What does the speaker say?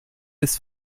ist